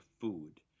food